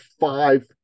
five